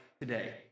today